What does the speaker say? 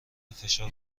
فشار